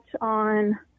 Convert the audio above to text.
on